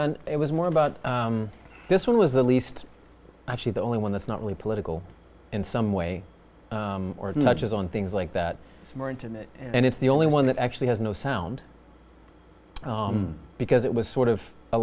and it was more about this one was the least actually the only one that's not really political in some way or not just on things like that it's more intimate and it's the only one that actually has no sound because it was sort of a